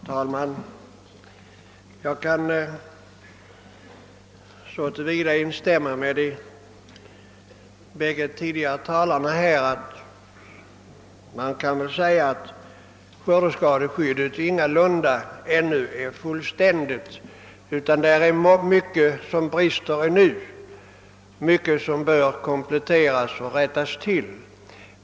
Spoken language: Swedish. Herr talman! Jag kan så till vida instämma med de två föregående talarna att man väl kan säga att skördeskadeskyddet ingalunda ännu är fullständigt, utan att det är mycket som brister därvidlag ännu, mycket som bör kompletteras och rättas till.